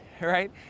right